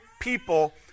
people